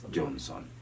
Johnson